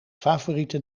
favoriete